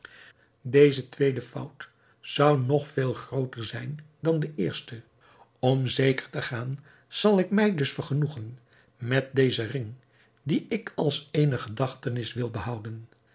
deze tweede fout zou nog veel grooter zijn dan de eerste om zeker te gaan zal ik mij dus vergenoegen met dezen ring dien ik als eene gedachtenis wil behouden